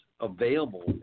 available